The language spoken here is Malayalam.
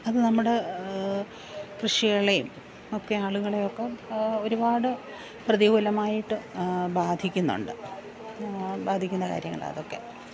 അത് നമ്മുടെ കൃഷികളെയും ഒക്കെ ആളുകളെയൊക്കെ ഒരുപാട് പ്രതികൂലമായിട്ട് ബാധിക്കുന്നുണ്ട് ബാധിക്കുന്ന കാര്യങ്ങളാണ് അതൊക്കെ